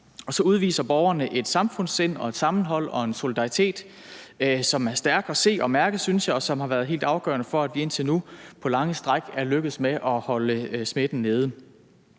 Og så udviser borgerne et samfundssind, et sammenhold og en solidaritet, som er stærk at se og mærke, synes jeg, og som har været helt afgørende for, at vi indtil nu på lange stræk er lykkedes med at holde smitten nede.